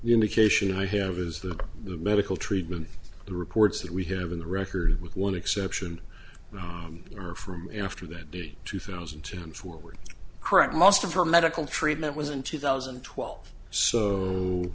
indication i have is the medical treatment the reports that we have in the record with one exception are from after that date two thousand and ten and forward correct most of her medical treatment was in two thousand and twelve so